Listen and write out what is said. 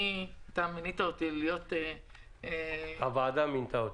מינית אותי --- הוועדה מינתה אותך.